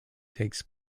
takes